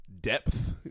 depth